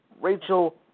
Rachel